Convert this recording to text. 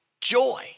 joy